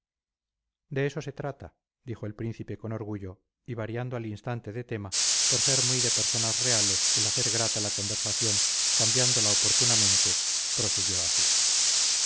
de eso se trata dijo el príncipe con orgullo y variando al instante de tema por ser muy de personas reales el hacer grata la conversación cambiándola oportunamente prosiguió así